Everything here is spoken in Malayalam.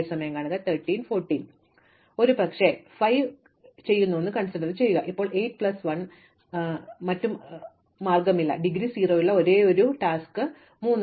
അതിനാൽ ഒരുപക്ഷേ ഞാൻ 5 ചെയ്യുന്നു അതിനാൽ ഇപ്പോൾ 8 പ്ലസ് 1 ഉം ഇപ്പോൾ മറ്റ് മാർഗവുമില്ല ഡിഗ്രി 0 ഉള്ള ഒരേയൊരു ദ task ത്യം 3 ആണ്